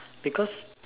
because